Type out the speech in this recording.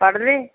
ਪੜ੍ਹ ਲਏ